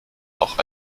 auch